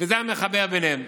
וזה המחבר ביניהם.